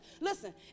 Listen